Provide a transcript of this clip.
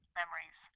memories